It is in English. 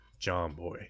JOHNBOY